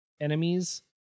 enemies